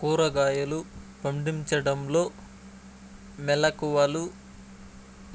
కూరగాయలు పండించడంలో మెళకువలు